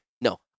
no